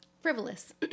frivolous